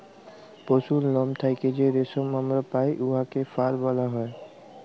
পশুর লম থ্যাইকে যে রেশম আমরা পাই উয়াকে ফার ব্যলা হ্যয়